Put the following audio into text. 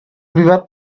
were